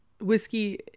Whiskey